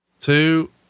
two